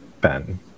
Ben